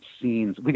scenes